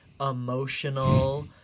emotional